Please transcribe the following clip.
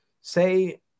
Say